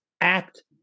act